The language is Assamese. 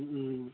ও